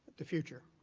the future.